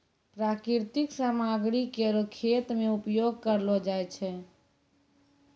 प्राकृतिक सामग्री केरो खेत मे उपयोग करलो जाय छै